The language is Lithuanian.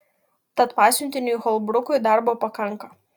tad pasiuntiniui holbrukui darbo pakanka